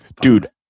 Dude